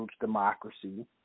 democracy